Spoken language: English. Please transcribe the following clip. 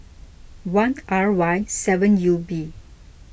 one R Y seven U B